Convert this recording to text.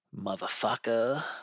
Motherfucker